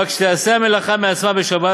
אבל שתיעשה המלאכה מעצמה בשבת,